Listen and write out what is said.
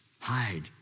hide